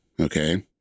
Okay